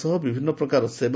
ସହ ବିଭିନ୍ନ ପ୍ରକାର ସେବ